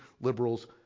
liberals